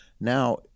now